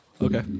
Okay